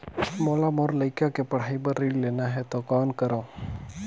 मोला मोर लइका के पढ़ाई बर ऋण लेना है तो कौन करव?